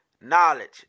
knowledge